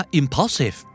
impulsive